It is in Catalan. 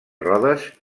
rodes